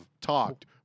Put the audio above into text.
talked